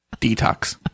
detox